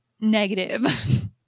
negative